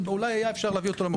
אולי היה אפשר להביא אותו למקום אחר,